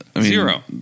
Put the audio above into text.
Zero